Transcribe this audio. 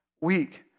weak